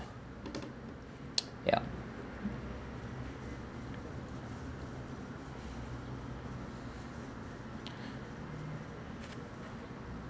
ya